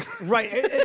Right